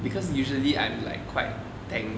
because usually I'm like quite tank